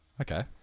Okay